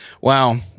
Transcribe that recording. Wow